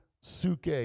suke